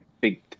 big